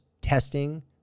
testing